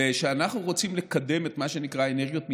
כשאנחנו רוצים לקדם את מה שנקרא אנרגיות מתחדשות,